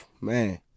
man